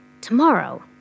Tomorrow